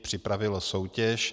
Připravilo soutěž.